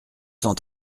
cent